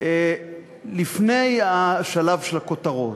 לפני השלב של הכותרות.